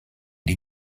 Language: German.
die